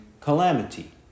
calamity